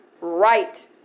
Right